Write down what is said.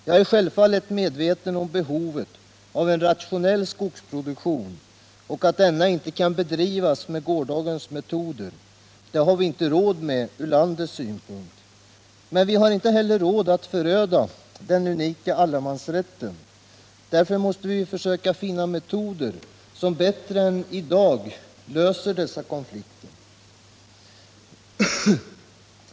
Jag är självfallet medveten om behovet av en rationell skogsproduktion och att en sådan inte kan bedrivas med gårdagens metoder. Det har vi inte råd med från landets synpunkt. Men vi har inte heller råd att föröda den unika allemansrätten. Därför måste vi försöka finna metoder som bättre än de nuvarande löser dessa konflikter.